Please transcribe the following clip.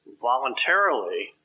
voluntarily